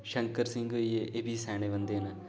शंकर सिंह होई गे एह् बी स्याने बंदे न